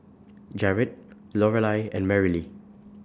Jarod Lorelei and Merrilee